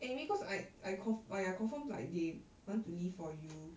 anyway cause I I con~ !aiya! confirm like they want to leave for you